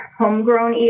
homegrown